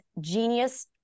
genius